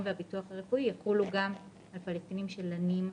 והביטוח הרפואי יחולו גם על פלסטינים שלנים בישראל.